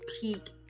peak